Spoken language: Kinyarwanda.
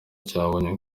cyabonye